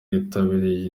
yitabiriye